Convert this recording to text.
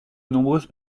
nombreuses